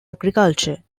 agriculture